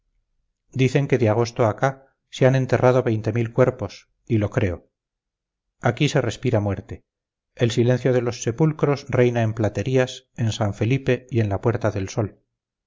dicen que de agosto acá se han enterrado veinte mil cuerpos y lo creo aquí se respira muerte el silencio de los sepulcros reina en platerías en san felipe y en la puerta del sol